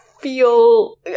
feel